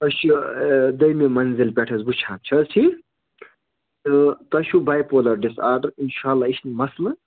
أسۍ چھِ دوٚیمہِ مٔنزِل پٮ۪ٹھ حظ وُچھان چھِ حظ ٹھیٖک تہٕ تۄہہِ چھُو باے پولر ڈِس آرڈَر اِنشاء اللہ یہِ چھِنہٕ مَسلہٕ